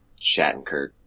Shattenkirk